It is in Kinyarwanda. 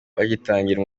bagitangira